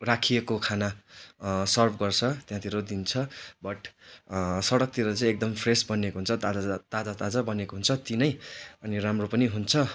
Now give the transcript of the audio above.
राखिएको खाना सर्भ गर्छ त्यहाँतिर दिन्छ बट सडकतिर चाहिँ एकदम फ्रेस बनीएको हुन्छ ताजा ताजा ताजा बनिएको हुन्छ त्यहीँ नै अनि राम्रो पनि हुन्छ